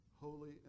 holy